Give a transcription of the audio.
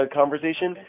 conversation